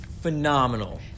Phenomenal